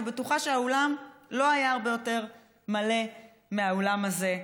ואני בטוחה שהאולם לא היה הרבה יותר מלא מהאולם הזה,